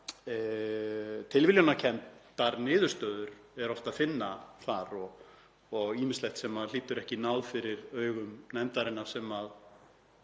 tilviljanakenndar niðurstöður er oft að finna þar. Ýmislegt hlýtur ekki náð fyrir augum nefndarinnar sem